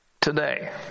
today